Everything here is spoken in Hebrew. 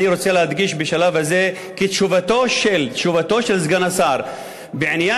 אני רוצה להדגיש בשלב הזה כי תשובתו של סגן השר בעניין